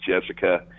Jessica